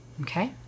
okay